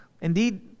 indeed